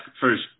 first